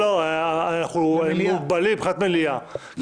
אנחנו מוגבלים מבחינת מליאה.